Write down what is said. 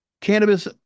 cannabis